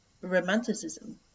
romanticism